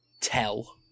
tell